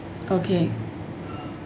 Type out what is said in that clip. okay